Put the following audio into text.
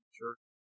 church